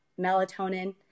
melatonin